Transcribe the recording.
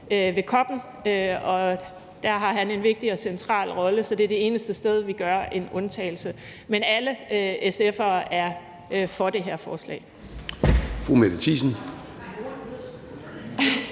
ved COP'en, og der har han en vigtig og central rolle, så det er det eneste sted, vi gør en undtagelse. Men alle SF'ere er for det her forslag.